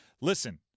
Listen